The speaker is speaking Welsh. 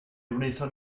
wnaethon